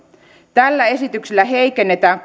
tällä esityksellä heikennetään